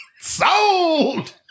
Sold